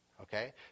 Okay